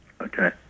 Okay